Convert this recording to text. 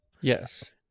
Yes